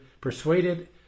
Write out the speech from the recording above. persuaded